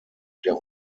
der